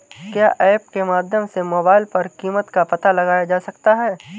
क्या ऐप के माध्यम से मोबाइल पर कीमत का पता लगाया जा सकता है?